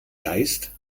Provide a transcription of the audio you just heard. geist